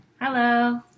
Hello